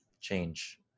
Change